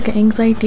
anxiety